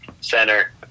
center